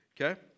okay